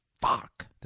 Fuck